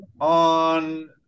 on